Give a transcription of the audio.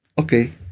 Okay